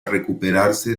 recuperarse